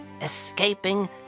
...Escaping